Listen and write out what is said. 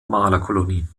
malerkolonie